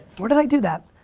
where did i do that?